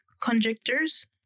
conjectures